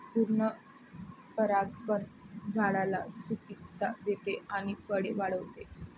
पूर्ण परागकण झाडाला सुपिकता देते आणि फळे वाढवते